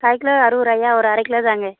கால் kilo அறுபது ரூபாயா ஒரு அரை கிலோ தாங்க